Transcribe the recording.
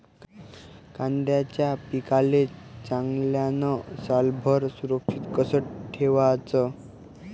कांद्याच्या पिकाले चांगल्यानं सालभर सुरक्षित कस ठेवाचं?